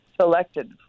selected